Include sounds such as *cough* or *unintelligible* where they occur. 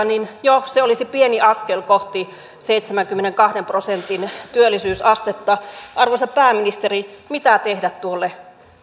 *unintelligible* niin jo se olisi pieni askel kohti seitsemänkymmenenkahden prosentin työllisyysastetta arvoisa pääministeri mitä tehdä tuolle